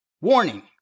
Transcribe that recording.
Warning